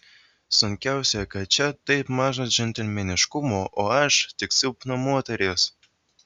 sunkiausia kad čia taip maža džentelmeniškumo o aš tik silpna moteris